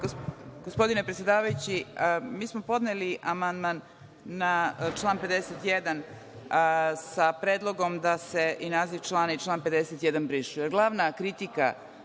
Gospodine predsedavajući, mi smo podneli amandman na član 51. sa predlogom da se i naziv člana i član 51.